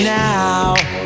now